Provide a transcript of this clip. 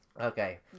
Okay